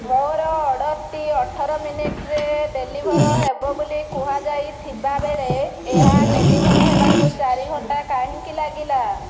ମୋର ଅର୍ଡ଼ର୍ଟି ଅଠର ମିନିଟ୍ରେ ଡେଲିଭର୍ ହେବ ବୋଲି କୁହାଯାଇଥିବା ବେଳେ ଏହା ଡେଲିଭର୍ ହେବାକୁ ଚାରି ଘଣ୍ଟା କାହିଁକି ଲାଗିଲା